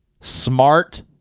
smart